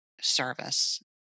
service